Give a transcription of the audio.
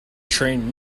train